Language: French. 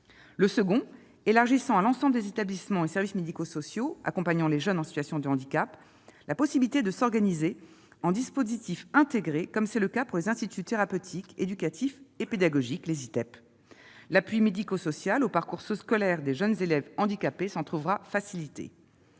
tendait à élargir à l'ensemble des établissements et des services médico-sociaux accompagnant les jeunes en situation de handicap la possibilité de s'organiser en dispositif intégré, comme c'est le cas pour les instituts thérapeutiques, éducatifs et pédagogiques, les ITEP. L'appui médico-social au parcours scolaire des jeunes élèves handicapés s'en trouvera facilité.